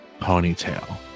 ponytail